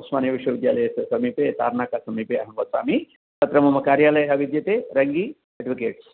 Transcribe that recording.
उस्मानियाविश्वविद्यालयस्य समीपे तार्नाका समीपे अहं वसामि तत्र मम कार्यालयः विद्यते रङ्गी एड्वकेट्स्